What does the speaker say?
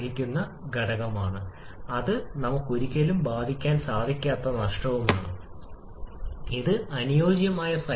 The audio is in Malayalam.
എന്നാൽ സാധാരണയായി 120 മുതൽ 130 വരെയുള്ള പരിധിയിലുള്ള മെലിഞ്ഞ മിശ്രിതം അല്ലെങ്കിൽ തുല്യതാ അനുപാതം 0